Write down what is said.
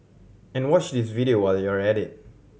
and watch this video while you're at it